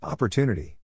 Opportunity